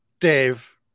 Dave